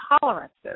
tolerances